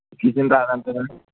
kitchen రాదంటారా